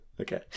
okay